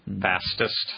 Fastest